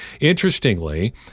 Interestingly